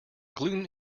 gluten